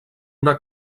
una